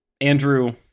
Andrew